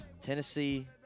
Tennessee